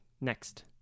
Next